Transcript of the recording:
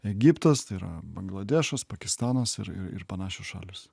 egiptas tai yra bangladešas pakistanas ir ir ir panašios šalys